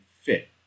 fit